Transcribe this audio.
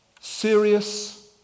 Serious